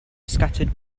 scattered